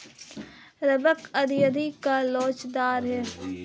rubber अत्यधिक लोचदार है